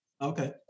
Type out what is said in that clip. Okay